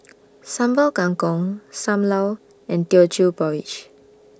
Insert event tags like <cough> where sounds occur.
<noise> Sambal Kangkong SAM Lau and Teochew Porridge